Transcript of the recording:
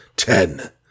TEN